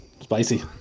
Spicy